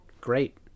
great